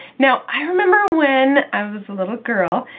now, i remember when i was a little girl,